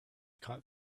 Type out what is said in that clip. caught